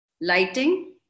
lighting